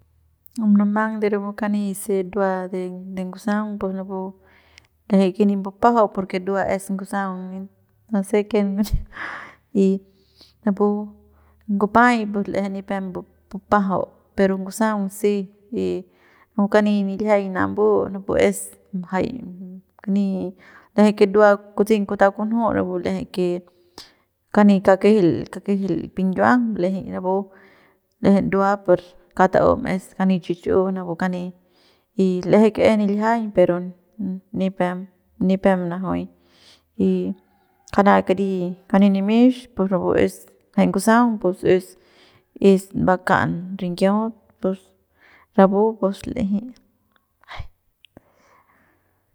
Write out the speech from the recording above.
Munumang napu kani se ndu de ngusaung pus napu l'eje que nip mbupajau porque ndua es ngusaung no se ken ngunjiu y napu ngupay l'eje que nipep mbupajau pero ngusaung si y napu kani niljiañ nambu napu es jay kani l'eje que ndua kutseiñ kutau kunju rapu l'eje que kani kakejel kakejel pinyiuang l'aje rapu l'eje ndua per kauk taum es kani chichu napu kani y l'eje que es niljiañ pero nipem nipem najuy y kara kari kani nimix pus rapu es jay ngusaung pues es es baka'an rinyiaut pus rapu pus l'eje.